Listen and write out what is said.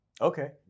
Okay